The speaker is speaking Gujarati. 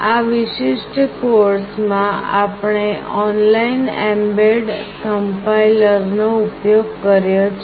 આ વિશિષ્ટ કોર્સ માં આપણે ઓનલાઇન એમ્બેડ કમ્પાઇલરનો ઉપયોગ કર્યો છે